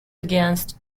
against